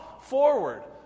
forward